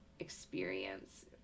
Experience